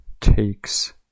takes